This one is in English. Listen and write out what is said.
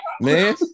man